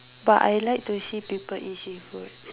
but I like to see people eat seafood